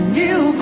new